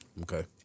Okay